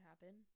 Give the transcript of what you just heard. happen